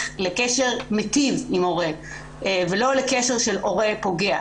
לקשר מיטיב עם הורה ולא לקשר של הורה פוגע.